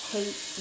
Hate